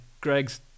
Greg's